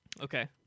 Okay